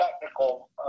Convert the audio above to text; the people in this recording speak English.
technical